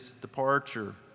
departure